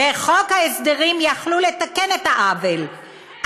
בחוק ההסדרים יכלו לתקן את העוול,